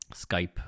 Skype